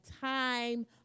time